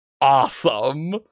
awesome